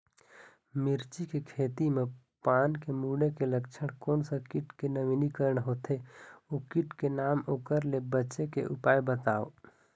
मिर्ची के खेती मा पान के मुड़े के लक्षण कोन सा कीट के नवीनीकरण होथे ओ कीट के नाम ओकर ले बचे के उपाय बताओ?